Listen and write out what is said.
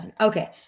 Okay